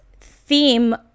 theme